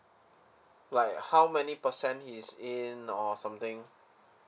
like how many percent he is in or something